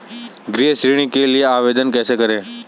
गृह ऋण के लिए आवेदन कैसे करें?